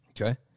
Okay